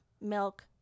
Milk